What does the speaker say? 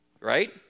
right